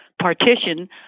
partition